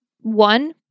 one